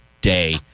day